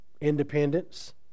Independence